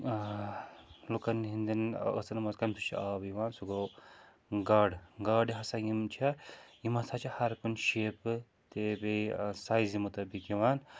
لُکَن ہٕنٛدٮ۪ن ٲسن منٛز کَمہِ سُہ چھُ آب یِوان سُہ گوٚو گاڈٕ گاڈٕ ہَسا یِم چھےٚ یِم ہَسا چھِ ہَر کُنہِ شیپہٕ تہٕ بیٚیہِ سایزِ مُطٲبِق یِوان